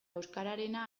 euskararena